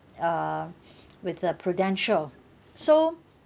uh with uh Prudential so